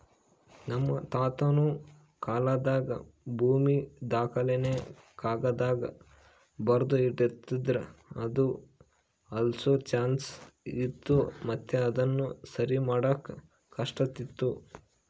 ನಮ್ ತಾತುನ ಕಾಲಾದಾಗ ಭೂಮಿ ದಾಖಲೆನ ಕಾಗದ್ದಾಗ ಬರ್ದು ಇಡ್ತಿದ್ರು ಅದು ಅಳ್ಸೋ ಚಾನ್ಸ್ ಇತ್ತು ಮತ್ತೆ ಅದುನ ಸರಿಮಾಡಾಕ ಕಷ್ಟಾತಿತ್ತು